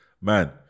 Man